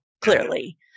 clearly